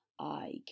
I